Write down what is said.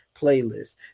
playlist